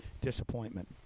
disappointment